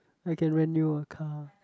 I can rent you a car